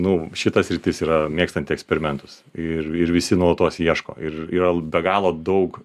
nu šita sritis yra mėgstanti eksperimentus ir ir visi nuolatos ieško ir yra be galo daug